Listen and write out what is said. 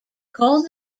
called